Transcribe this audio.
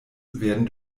werden